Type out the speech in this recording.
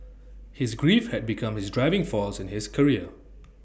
his grief had become his driving force in his career